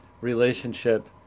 relationship